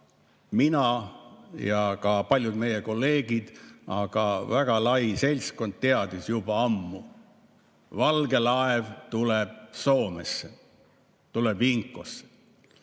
mina ja ka paljud meie kolleegid, väga lai seltskond teadis juba ammu. Valge laev tuleb Soome, tuleb Inkoosse.